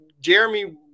Jeremy